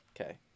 Okay